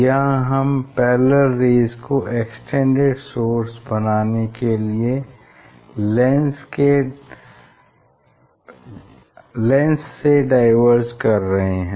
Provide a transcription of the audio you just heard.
यहाँ हम parallel rays को एक्सटेंडेड सोर्स बनाने के लिए लेंस से डाईवर्ज कर रहे हैं